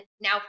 now